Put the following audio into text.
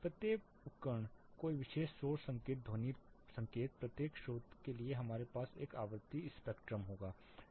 प्रत्येक उपकरण कोई विशेष शोर संकेत ध्वनि संकेत प्रत्येक स्रोत के लिए हमारे पास एक आवृत्ति स्पेक्ट्रम होगा